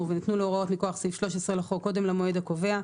וניתנו לו הוראות מכוח סעיף 13 לחוק קודם למועד הקובע,